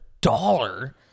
dollar